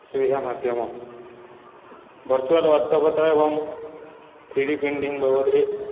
ସୁବିଧା ମାଧ୍ୟମ ଭର୍ଚୁଆଲ୍ ବାସ୍ତବତା ଏବଂ ଥ୍ରୀଡ଼ି ପ୍ରିଣ୍ଟିଙ୍ଗ ବାବଦରେ